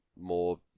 more